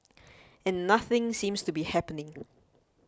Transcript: and nothing seems to be happening